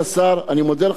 וזה לא היה קל.